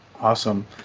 Awesome